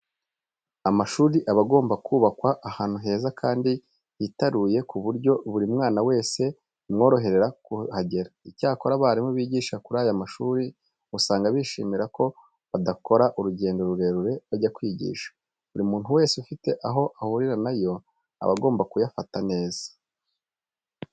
Amashuri aba agomba kubakwa ahantu heza kandi hitaruye ku buryo buri mwana wese bimworohera kuhagera. Icyakora abarimu bigisha kuri aya mashuri usanga bishimira ko badakora urugendo rurerure bajya kwigisha. Buri muntu wese ufite aho ahurira na yo aba agomba kuyafata neza.